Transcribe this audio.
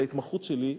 זו ההתמחות שלי.